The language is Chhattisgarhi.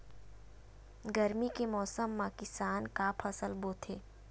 गरमी के मौसम मा किसान का फसल बोथे?